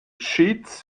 cheats